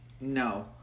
No